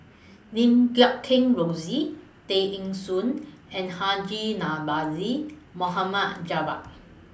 Lim Guat Kheng Rosie Tay Eng Soon and Haji Namazie Mohama Javad